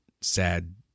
sad